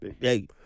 Hey